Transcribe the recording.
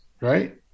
right